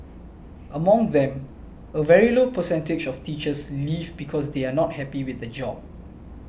among them a very low percentage of teachers leave because they are not happy with the job